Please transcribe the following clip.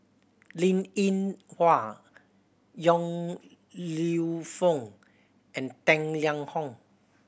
Linn In Hua Yong Lew Foong and Tang Liang Hong